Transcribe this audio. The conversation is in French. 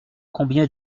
combien